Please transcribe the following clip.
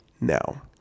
now